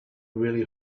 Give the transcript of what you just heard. really